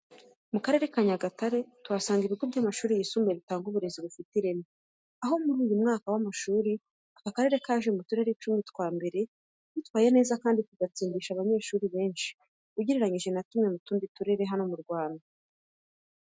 Mu Karere ka Nyagatare tuhasanga ibigo by'amashuri yisumbuye bitanga uburezi bufite ireme, aho muri uyu mwaka w'amashuri aka karere kaje mu turere icumi twa mbere twitwaye neza kandi tugatsindisha abanyeshuri benshi ugereranyije na tumwe mu tundi turere hano mu Rwanda.